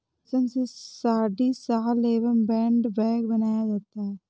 रेश्म से साड़ी, शॉल एंव हैंड बैग बनाया जाता है